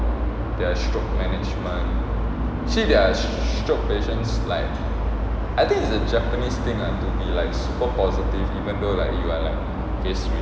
their stroke management actually their stroke patients like I think it's a japanese thing to be like super positive even though you are like phase three